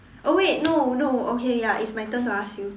oh wait no no okay ya it's my turn to ask you